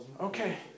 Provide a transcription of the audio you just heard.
Okay